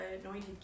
anointed